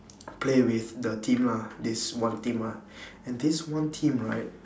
play with the team lah this one team ah and this one team right